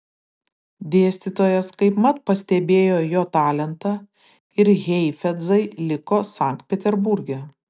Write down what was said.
dėstytojas kaipmat pastebėjo jo talentą ir heifetzai liko sankt peterburge